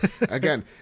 again